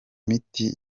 miti